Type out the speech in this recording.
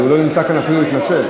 אבל הוא לא נמצא כאן אפילו כדי להתנצל,